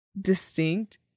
distinct